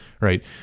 right